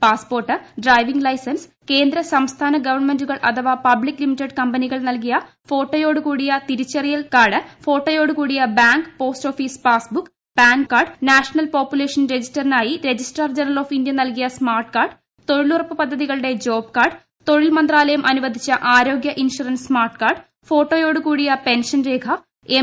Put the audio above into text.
passport driving license കേന്ദ്ര സംസ്ഥാന ഗവൺമെന്റുകൾ അഥവാ പബ്ളിക് ലിമിറ്റഡ് കമ്പനികൾ നൽകിയ ഫോട്ടോയോടുകൂടിയ സർവീസ് തിരിച്ചറിയൽ കാർഡ് ഫോട്ടോയോടുകൂടിയ bank post office passbook PAN card national population രജിസ്റ്ററിനായി രജിസ്ട്രാർ ജനറൽ ഓഫ് ഇന്ത്യ നൽകിയ സ്മാർട്ട് കാർഡ് തൊഴിലുറപ്പു പദ്ധതിയുടെ ജോബ് കാർഡ് തൊഴിൽ മന്ത്രാലയം അനുവദിച്ച ആരോഗ്യ ഇൻഷുറൻസ് സ്മാർട്ട് കാർഡ് ഫോട്ടോയോടു കൂടിയ പെൻഷൻ രേഖ എം